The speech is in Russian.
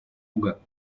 юга